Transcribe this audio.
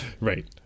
Right